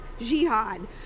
jihad